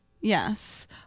Yes